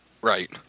Right